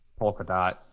Polkadot